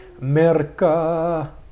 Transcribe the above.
America